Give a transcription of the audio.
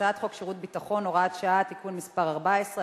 הצעת חוק שירות ביטחון (הוראת שעה) (תיקון מס' 14),